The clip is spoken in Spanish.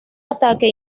ataque